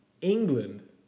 England